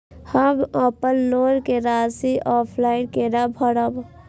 हम अपन लोन के राशि ऑफलाइन केना भरब?